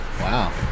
Wow